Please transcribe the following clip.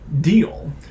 deal